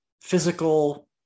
physical